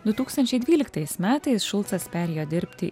du tūkstančiai dvyliktais metais šulcas perėjo dirbti